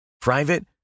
Private